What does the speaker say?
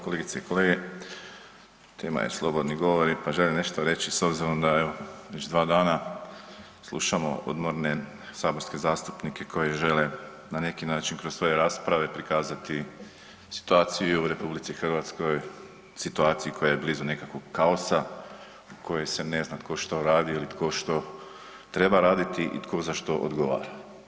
Kolegice i kolege tema je slobodni govori, pa želim nešto reći s obzirom da evo već 2 dana slušamo odmorene saborske zastupnike koji žele na neki način kroz svoje rasprave prikazati situaciju u RH, situaciji koja je blizu nekakvog kaosa u kojoj se ne zna tko što radi ili tko što treba raditi i tko za što odgovara.